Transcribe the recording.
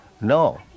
No